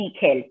help